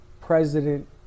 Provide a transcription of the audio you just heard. president